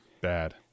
Bad